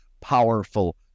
powerful